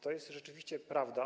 To jest rzeczywiście prawda.